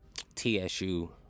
tsu